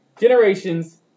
Generations